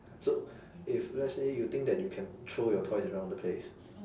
so if let's say you think that you can throw your toys around the place